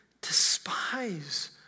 despise